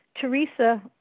Teresa